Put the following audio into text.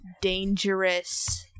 dangerous